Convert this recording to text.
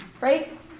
right